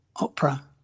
opera